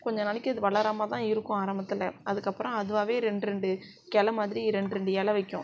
கொஞ்சம் நாளைக்கு அது வளராமல்தான் இருக்கும் ஆரம்பத்தில் அதுக்கப்புறம் அதுவாகவே ரெண்டு ரெண்டு கெளை மாதிரி ரெண்டு ரெண்டு இல வைக்கும்